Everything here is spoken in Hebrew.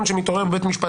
דיון בבית משפט